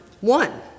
one